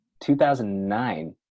2009